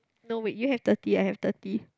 no wait you have thirty I have thirty